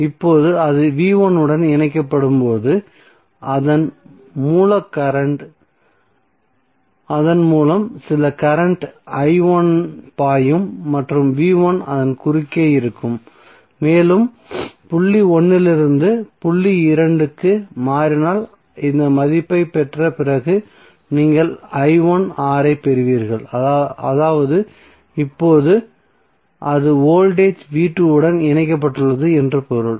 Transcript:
இப்போது அது உடன் இணைக்கப்படும்போது அதன் மூலம் சில கரண்ட் பாயும் மற்றும் அதன் குறுக்கே இருக்கும் மேலும் புள்ளி 1 இலிருந்து புள்ளி 2 க்கு மாறினால் இந்த மதிப்பைப் பெற்ற பிறகு நீங்கள் R ஐப் பெறுவீர்கள் அதாவது இப்போது அது வோல்டேஜ் உடன் இணைக்கப்பட்டுள்ளது என்று பொருள்